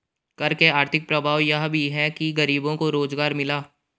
कर के आर्थिक प्रभाव यह भी है कि गरीबों को रोजगार मिला